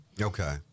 Okay